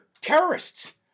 terrorists